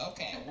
Okay